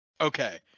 Okay